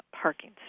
parking